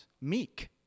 meek